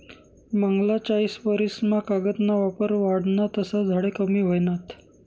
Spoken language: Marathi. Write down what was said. मांगला चायीस वरीस मा कागद ना वापर वाढना तसा झाडे कमी व्हयनात